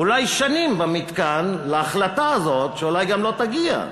אולי שנים, במתקן להחלטה הזאת, שאולי גם לא תגיע.